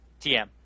Tm